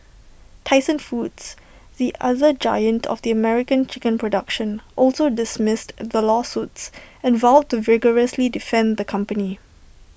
Tyson foods the other giant of the American chicken production also dismissed the lawsuits and vowed to vigorously defend the company